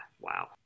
Wow